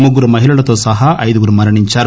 ముగ్గురు మహిళలతో సహా ఐదుగురు మరణించారు